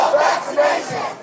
vaccination